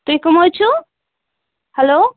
تُہۍ کٕم حظ چھِو ہیلو